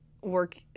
work